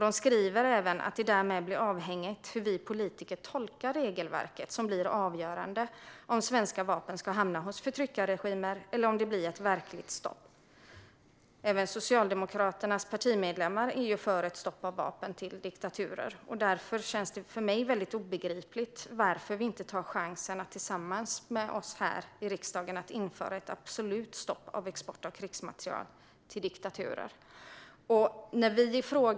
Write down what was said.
De skriver också att det därmed bli avhängigt hur vi politiker tolkar regelverket. Det blir avgörande för om svenska vapen ska hamna hos förtryckarregimer eller om det blir ett verkligt stopp. Även Socialdemokraternas partimedlemmar är för ett stopp av vapen till diktaturer. Därför är det obegripligt för mig varför ni inte tillsammans med oss, här i riksdagen, tar chansen att införa ett absolut stopp för export av krigsmateriel till diktaturer.